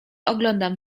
oglądam